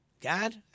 God